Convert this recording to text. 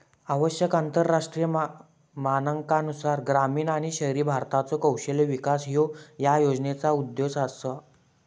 आवश्यक आंतरराष्ट्रीय मानकांनुसार ग्रामीण आणि शहरी भारताचो कौशल्य विकास ह्यो या योजनेचो उद्देश असा